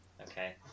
Okay